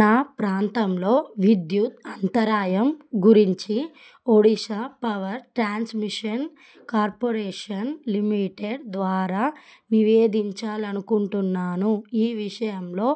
నా ప్రాంతంలో విద్యుత్ అంతరాయం గురించి Odisha power transmission corporation limited ద్వారా నివేదించాలని అనుకుంటున్నాను ఈ విషయంలో